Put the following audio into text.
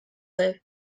live